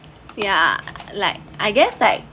ya like I guess like